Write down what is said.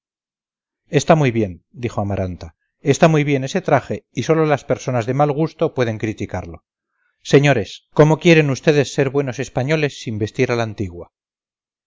está muy bien dijo amaranta está muy bien ese traje y sólo las personas de mal gusto pueden criticarlo señores cómo quieren ustedes ser buenos españoles sin vestir a la antigua